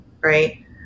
right